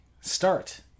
start